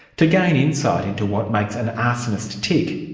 to gain insight into what makes an arsonist tick,